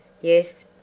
Yes